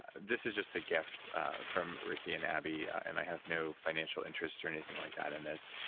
this is just a gift from ricki and abby. and i have no financial interest or anything like that in this.